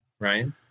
Ryan